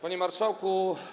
Panie Marszałku!